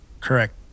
Correct